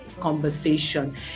conversation